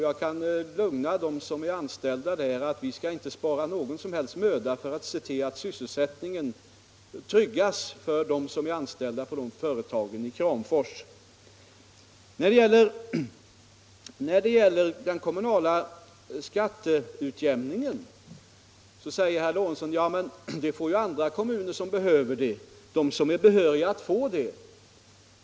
Jag kan lugna dem som är anställda där att vi inte skall spara någon som helst möda för att se till att sysselsättningen tryggas för de anställda vid dessa företag i Kramfors. 121 arbetslösheten i Västernorrlands län När det gäller den kommunala skatteutjämningen säger herr Lorentzon att den får ju andra kommuner som behöver den och är behöriga att få den.